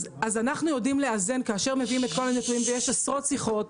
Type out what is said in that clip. אז אנחנו יודעים לאזן כאשר מביאים את כל הנתונים ויש עשרות שיחות,